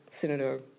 Senator